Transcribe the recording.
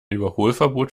überholverbot